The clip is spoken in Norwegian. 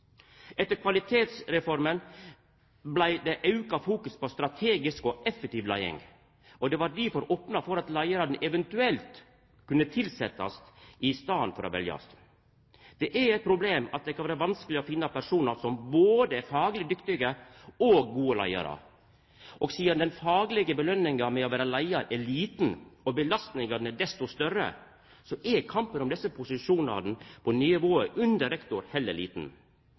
Etter Kvalitetsreforma vart det auka fokus på strategisk og effektiv leiing, og det vart difor opna for at leiarane eventuelt kunne tilsetjast i staden for å bli valde. Det er eit problem at det kan vera vanskeleg å finna personar som er både fagleg dyktige og gode leiarar. Og sidan den faglege løna med å vera leiar er liten og belastningane desto større, er kampen om desse posisjonane på nivået under rektor heller liten.